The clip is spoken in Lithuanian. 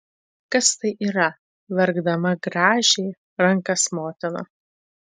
kas tai yra verkdama grąžė rankas motina